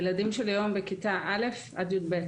הילדים שלי היום בכיתה א' עד י"ב,